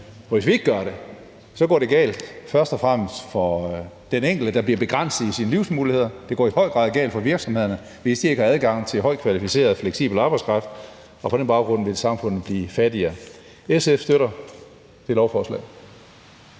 hvis vi ikke gør det, går det galt, først og fremmest for den enkelte, der bliver begrænset i sine livsmuligheder. Det går i høj grad galt for virksomhederne, hvis de ikke har adgang til højt kvalificeret og fleksibel arbejdskraft, og på den baggrund vil samfundet blive fattigere. SF støtter det lovforslag.